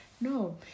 No